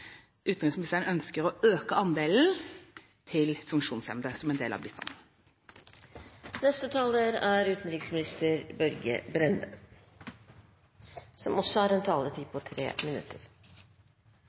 utenriksministeren ønsker å øke andelen til funksjonshemmede som en del av bistanden. Igjen takk til interpellanten for å reise et så viktig tema som